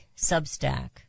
Substack